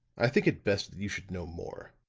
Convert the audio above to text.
i think it best that you should know more.